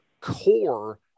core